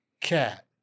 Cat